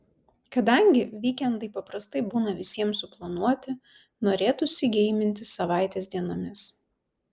kadangi vykendai paprastai būna visiems suplanuoti norėtųsi geiminti savaitės dienomis